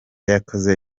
yakoze